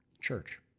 church